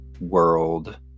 world